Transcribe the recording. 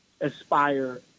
aspire